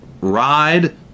ride